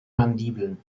mandibeln